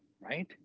right